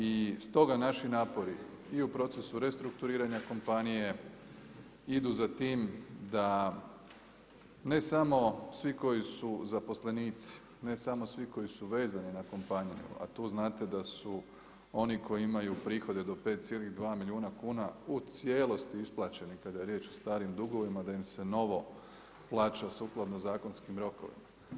I stoga naši napori i u procesu restrukturiranja kompanije idu za time da ne samo svi koji su zaposlenici, ne samo svi koji su vezani na kompaniju a tu znate da su oni koji imaju prihode do 5,2 milijuna kuna u cijelosti isplaćeni kada je riječ o starim dugovima da im se novo plaća sukladno zakonskim rokovima.